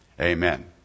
amen